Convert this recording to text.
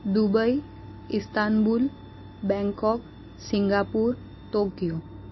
Dubai Istanbul Bangkok Singapore Tokyo